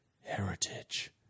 Heritage